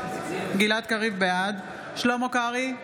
בעד שלמה קרעי,